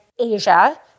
Asia